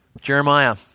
Jeremiah